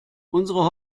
unsere